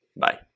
Bye